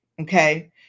Okay